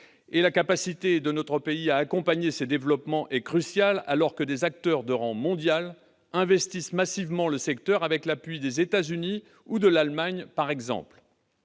la capacité de notre pays à accompagner ses développements est cruciale à l'heure où des acteurs de rang mondial investissent massivement le secteur, avec l'appui des États-Unis ou de l'Allemagne, par exemple.